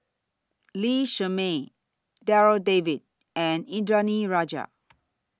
Lee Shermay Darryl David and Indranee Rajah